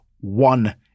one